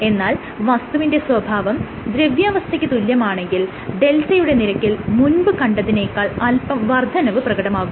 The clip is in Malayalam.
എന്നാൽ വസ്തുവിന്റെ സ്വഭാവം ദ്രവ്യാവസ്ഥക്ക് തുല്യമാണെങ്കിൽ δ യുടെ നിരക്കിൽ മുൻപ് കണ്ടെതിനേക്കാൾ അല്പം വർദ്ധനവ് പ്രകടമാകുന്നു